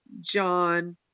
John